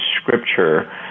Scripture